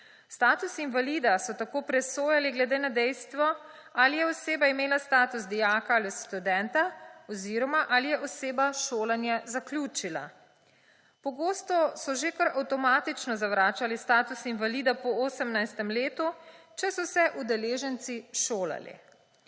Status invalida so tako presojali glede na dejstvo, ali je oseba imela status dijaka ali študenta oziroma ali je oseba šolanje zaključila. Pogosto so že kar avtomatično zavračali status invalida po 18. letu, če so se udeleženci šolali.